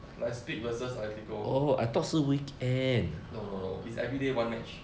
leipzig versus atletico no no no it's everyday one match